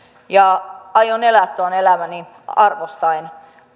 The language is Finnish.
ja aion elää tuon elämäni arvostaen